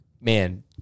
man